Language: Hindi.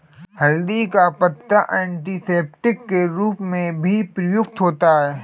हल्दी का पत्ता एंटीसेप्टिक के रूप में भी प्रयुक्त होता है